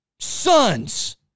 Sons